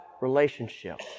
relationship